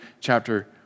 chapter